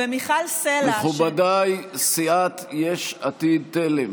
ומיכל סלה --- מכובדיי, סיעת יש עתיד-תל"ם,